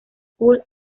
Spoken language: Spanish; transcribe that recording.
school